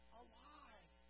alive